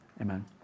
Amen